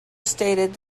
stated